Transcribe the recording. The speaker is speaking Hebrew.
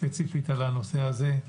ספציפית על הנושא הזה.